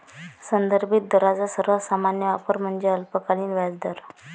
संदर्भित दरांचा सर्वात सामान्य वापर म्हणजे अल्पकालीन व्याजदर